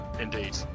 indeed